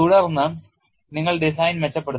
തുടർന്ന് നിങ്ങൾ ഡിസൈൻ മെച്ചപ്പെടുത്തുക